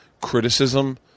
criticism